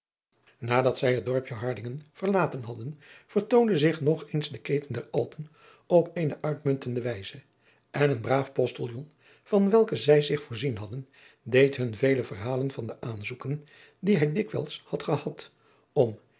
adat zij het dorpje ardingen verlaten hadden vertoonde zich nog eens de keten der lpen op eene uitmuntende wijze en een braaf ostiljon van welken zij zich voorzien hadden deed hun vele verha driaan oosjes zn et leven van aurits ijnslager len van de aanzoeken die hij dikwijls had gehad om